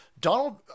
Donald